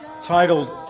titled